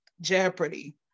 jeopardy